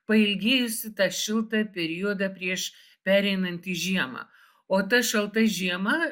pailgėjusį tą šiltą periodą prieš pereinant į žiemą o ta šalta žiema